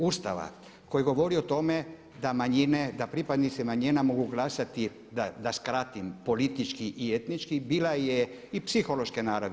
Ustava koji govori o tome da manjine, da pripadnici manjina mogu glasati da skratim politički i etnički, bila je i psihološke naravi.